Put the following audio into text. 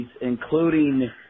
including